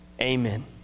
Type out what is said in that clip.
Amen